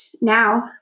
now